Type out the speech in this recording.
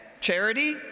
Charity